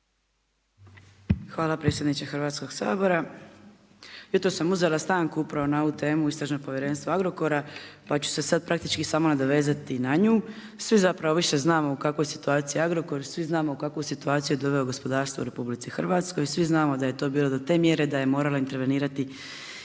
Hvala predsjedniče Hrvatskog sabora. Jutros sam uzela stanku upravo na ovu temu istražno povjerenstva Agrokora, pa ću se sad praktički samo nadovezati na nju. Svi zapravo više znamo u kakvoj je situaciji Agrokor i svi znamo u kakvu je situaciju dovelo gospodarstvo u RH. Svi znamo da je to bilo do te mjere da je morala intervenirati